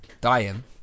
dying